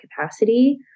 capacity